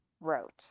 wrote